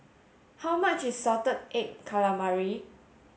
how much is salted egg calamari